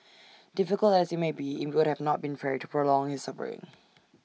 difficult as IT may be IT would not have been fair to prolong his suffering